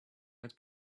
what